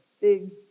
big